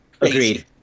agreed